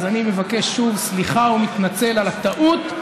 אז אני מבקש שוב סליחה ומתנצל על הטעות.